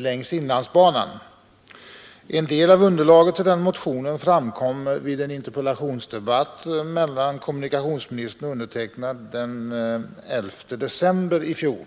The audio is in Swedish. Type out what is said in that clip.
längs inlandsbanan. En del av underlaget till den motionen framkom vid en interpellationsdebatt mellan kommunikationsministern och mig den 11 december i fjol.